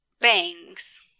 bangs